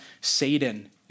Satan